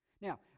Now